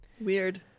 Weird